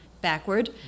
backward